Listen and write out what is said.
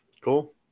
cool